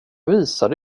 visade